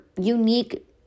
unique